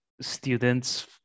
students